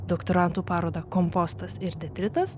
doktorantų parodą kompostas ir detritas